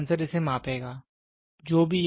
तो सेंसर इसे मापेगा